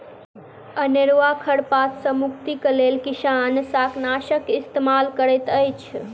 अनेरुआ खर पात सॅ मुक्तिक लेल किसान शाकनाशक इस्तेमाल करैत अछि